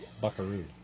Buckaroo